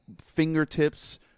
fingertips